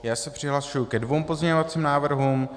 Já se přihlašuji ke dvěma pozměňovacím návrhům.